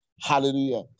Hallelujah